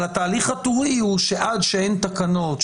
אבל התהליך הטורי הוא שעד שאין תקנות,